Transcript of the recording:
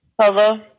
hello